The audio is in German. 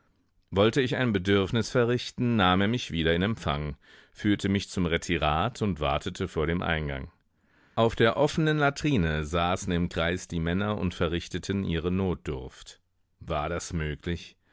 wollte ich ein bedürfnis verrichten nahm er mich wieder in empfang führte mich zum retirat und wartete vor dem eingang auf der offenen latrine saßen im kreis die männer und verrichteten ihre notdurft war das möglich